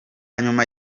nyuma